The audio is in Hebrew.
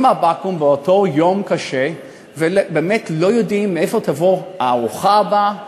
מהבקו"ם באותו יום קשה ובאמת לא יודעים מאיפה תבוא הארוחה הבאה,